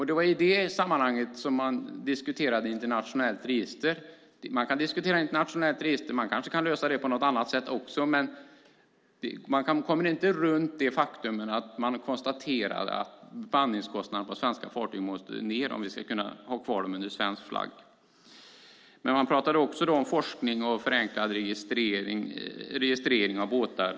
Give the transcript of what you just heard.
Det var i detta sammanhang som man diskuterade ett internationellt register. Man kan diskutera ett internationellt register, men man kanske kan lösa detta på något annat sätt också. Men man kommer inte runt det faktum att det i utredningen konstaterades att bemanningskostnaderna på svenska fartyg måste ned om vi ska kunna ha kvar fartygen under svensk flagg. I utredningen talades det också om forskning och förenklad registrering av båtar.